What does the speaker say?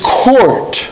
court